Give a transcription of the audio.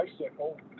bicycle